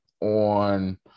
on